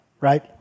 right